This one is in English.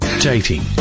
dating